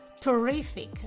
terrific